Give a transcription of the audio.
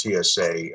TSA